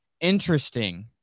interesting